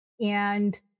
And-